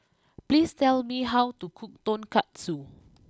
please tell me how to cook Tonkatsu